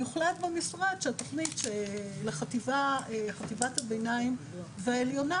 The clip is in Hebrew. יוחלט במשרד שהתוכנית לחטיבת הביניים והעליונה,